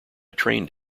trained